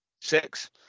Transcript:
six